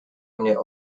mnie